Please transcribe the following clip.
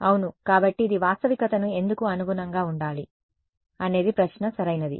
అవును కాబట్టి ఇది వాస్తవికతకు ఎందుకు అనుగుణంగా ఉండాలి అనేది ప్రశ్న సరైనది